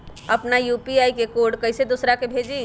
अपना यू.पी.आई के कोड कईसे दूसरा के भेजी?